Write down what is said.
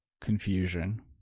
confusion